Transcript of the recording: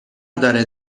داره